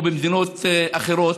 או במדינות אחרות,